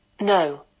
No